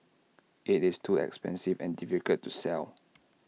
IT is too expensive and difficult to sell